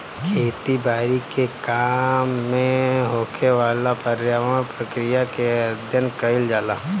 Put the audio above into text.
खेती बारी के काम में होखेवाला पर्यावरण प्रक्रिया के अध्ययन कईल जाला